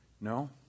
No